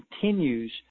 continues